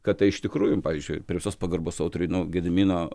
kad tai iš tikrųjų pavyzdžiui visos pagarbos autoriui nu gedimino